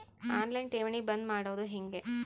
On line ಠೇವಣಿ ಬಂದ್ ಮಾಡೋದು ಹೆಂಗೆ?